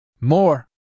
More